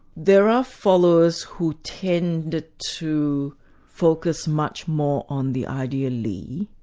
there are followers who tended to focus much more on the idea li,